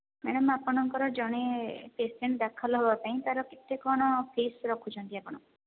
madam ଆପଣଙ୍କର ଜଣେ patient ଦାଖଲ ହେବା ପାଇଁ ତାର କେତେ କଣ ଫିସ ରଖୁଛନ୍ତି ଆପଣ